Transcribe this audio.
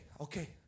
okay